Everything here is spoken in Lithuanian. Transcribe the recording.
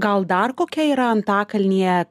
gal dar kokia yra antakalnyje